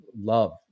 love